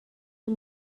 die